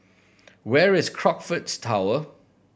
where is Crockfords Tower